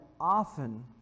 often